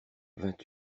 vingt